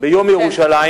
ביום ירושלים